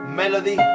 melody